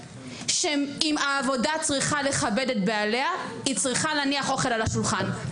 שאם העבודה צריכה לכבד את בעליה היא צריכה להניח אוכל על השולחן.